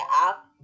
app